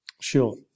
Sure